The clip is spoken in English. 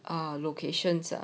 um locations are